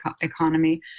economy